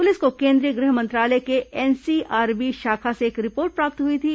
police को केंद्रीय गृह मंत्रालय के एनसीआरबी शाखा से एक रिपोर्ट प्राप्त हुई थी